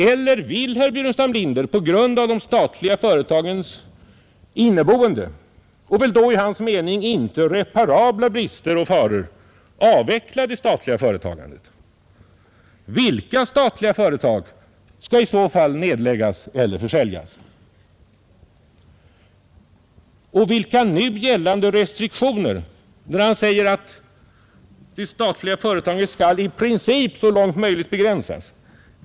Eller vill herr Burenstam Linder på grund av de statliga företagens inneboende — och väl då i hans mening inte reparabla — brister och faror avveckla det statliga företagandet? Vilka statliga företag skall i så fall nedläggas eller försäljas? Herr Burenstam Linder säger vidare att det statliga företagandet skall i princip så långt möjligt begränsas.